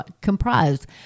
Comprised